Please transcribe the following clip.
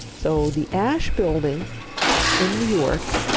so the asch building in new york